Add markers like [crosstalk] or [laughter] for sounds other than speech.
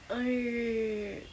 [noise]